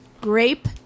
grape